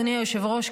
אדוני היושב-ראש,